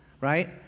right